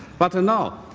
but no,